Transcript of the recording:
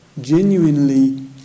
genuinely